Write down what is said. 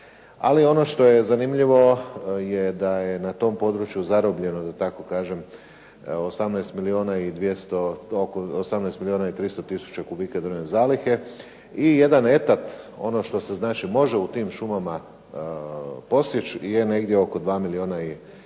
Ali ono što je zanimljivo je da je na tom području zarobljeno, da tako kažem, 18 milijuna i 300 tisuća kubika drvne zalihe i jedan etat, ono što se znači može u tim šumama posjeći je negdje oko 2 milijuna i 700